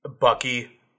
Bucky